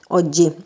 oggi